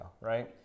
Right